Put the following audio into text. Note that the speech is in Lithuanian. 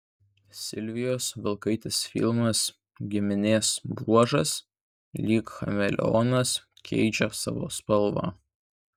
silvijos vilkaitės filmas giminės bruožas lyg chameleonas keičia savo spalvą